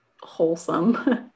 wholesome